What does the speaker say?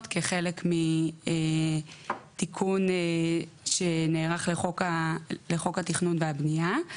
כחלק מתיקון שנערך לחוק התכנון והבנייה,